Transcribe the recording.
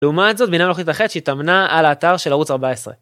לעומת זאת בינה מלאכותית אחרת שהתאמנה על האתר של ערוץ 14.